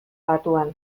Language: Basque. batuan